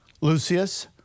Lucius